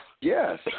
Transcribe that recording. yes